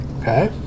okay